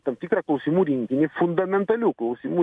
tam tikrą klausimų rinkinį fundamentalių klausimų